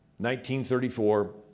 1934